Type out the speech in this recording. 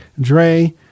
dre